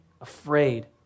afraid